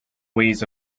ways